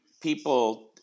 people